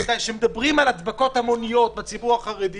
כשמדברים על הדבקות המוניות בציבור החרדי